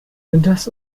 das